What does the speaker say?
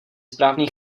správný